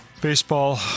baseball